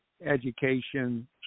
education